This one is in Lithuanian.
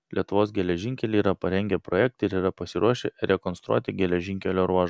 lietuvos geležinkeliai yra parengę projektą ir yra pasiruošę rekonstruoti geležinkelio ruožą